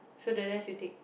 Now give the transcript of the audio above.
so the rest you take